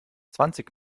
zwanzig